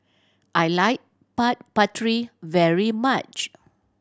I like Papri very much